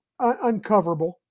uncoverable